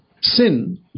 Sin